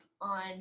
on